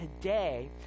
today